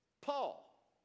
Paul